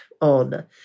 on